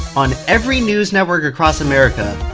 on every news network across america,